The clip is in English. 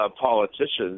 politicians